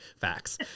Facts